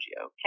okay